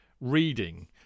reading